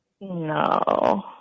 No